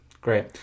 great